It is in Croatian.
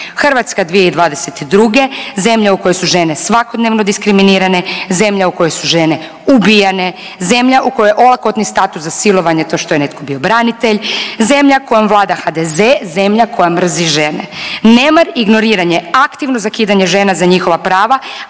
Hrvatska 2022. zemlja u kojoj su žene svakodnevno diskriminirane, zemlja u kojoj su žene ubijane, zemlja u kojoj olakotni status za silovanje to što je netko bio branitelj, zemlja kojom vlada HDZ-e, zemlja koja mrzi žene. Nemar i ignoriranje aktivno zakidanje žena za njihova prava,